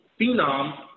phenom